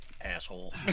Asshole